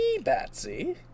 Batsy